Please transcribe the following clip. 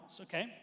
okay